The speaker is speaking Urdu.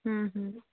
ہوں ہوں